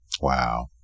wow